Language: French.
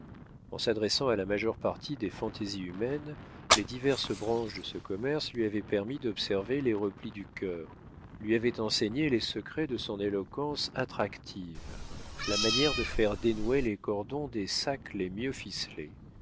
en s'adressant à la majeure partie des fantaisies humaines les diverses branches de ce commerce lui avaient permis d'observer les replis du cœur lui avaient enseigné les secrets de son éloquence attractive la manière de faire dénouer les cordons des sacs les mieux ficelés